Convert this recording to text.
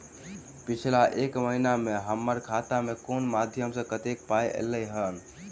पिछला एक महीना मे हम्मर खाता मे कुन मध्यमे सऽ कत्तेक पाई ऐलई ह?